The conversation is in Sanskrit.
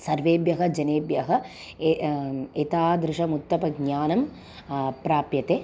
सर्वेभ्यः जनेभ्यः ए एतादृश उत्तमज्ञानं प्राप्यते